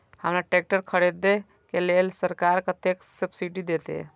हमरा ट्रैक्टर खरदे के लेल सरकार कतेक सब्सीडी देते?